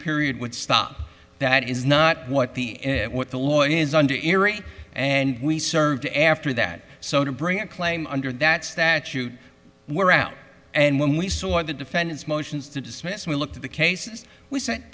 period would stop that is not what the what the lawyer is under irrate and we served after that so to bring a claim under that statute were out and when we saw the defendant's motions to dismiss we looked at the cases w